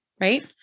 right